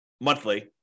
monthly